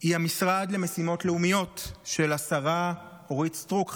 היא המשרד למשימות לאומיות של השרה אורית סטרוק,